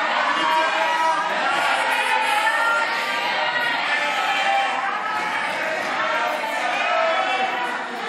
המלצת ועדת הכנסת בדבר הקמת ועדה מיוחדת לדיון